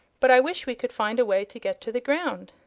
but i wish we could find a way to get to the ground.